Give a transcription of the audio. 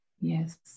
Yes